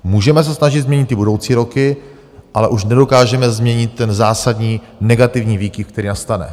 Můžeme se snažit změnit ty budoucí roky, ale už nedokážeme změnit ten zásadní negativní výkyv, který nastane.